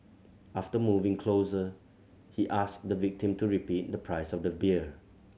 after moving closer he asked the victim to repeat the price of the beer